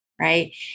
right